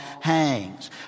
hangs